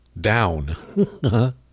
down